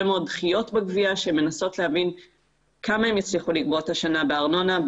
מאוד דחיות בגבייה והן מנסות להבין כמה הן יצליחו לגבות השנה בארנונה,